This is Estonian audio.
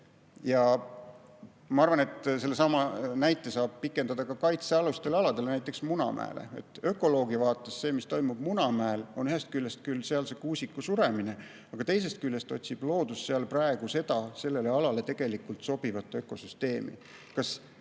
Ma arvan, et sellesama näite saab [laiendada] kaitsealustele aladele, näiteks Munamäele. Ökoloogi vaates on see, mis toimub Munamäel, ühest küljest küll sealse kuusiku suremine, aga teisest küljest otsib loodus seal praegu sellele alale sobivat ökosüsteemi.